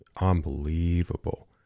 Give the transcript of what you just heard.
unbelievable